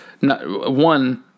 one